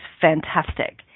fantastic